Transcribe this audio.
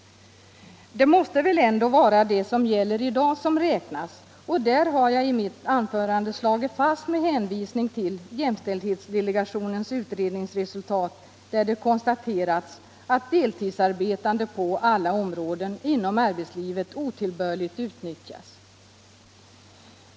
Det måste väl ändå vara de förhållanden som råder i dag som räknas, och jag har i mitt anförande tagit fasta på jämställdhetsdelegationens utred ningsresultat att deltidsarbetande på alla områden inom arbetslivet otillbörligt utnyttjas.